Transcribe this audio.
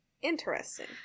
Interesting